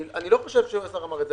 אני לא חושב שהשר אמר את זה.